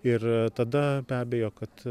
ir tada be abejo kad